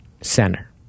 center